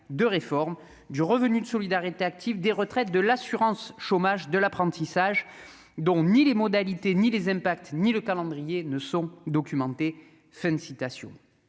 de réforme du Revenu de solidarité active des retraites de l'assurance chômage, de l'apprentissage dont ni les modalités ni les impacts, ni le calendrier ne sont documentés,